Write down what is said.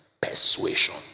persuasion